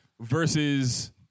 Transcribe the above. versus